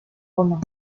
romain